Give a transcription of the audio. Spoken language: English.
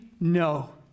No